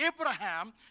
Abraham